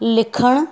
लिखणु